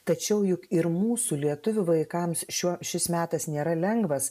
tačiau juk ir mūsų lietuvių vaikams šiuo šis metas nėra lengvas